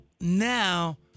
now